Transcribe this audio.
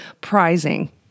prizing